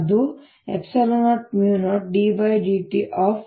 ಅದು ε0 μ0 d dt ▽